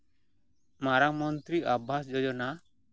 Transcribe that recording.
ᱢᱟᱨᱟᱝ ᱢᱚᱱᱛᱨᱤ ᱟᱵᱟᱥ ᱡᱳᱡᱳᱱᱟ